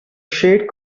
shed